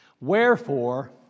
Wherefore